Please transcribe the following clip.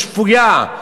שפויה,